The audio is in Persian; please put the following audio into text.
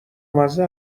مزه